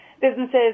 businesses